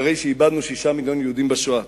אחרי שאיבדנו שישה מיליון בשואה.